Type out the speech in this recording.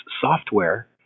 software